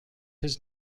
his